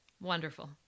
wonderful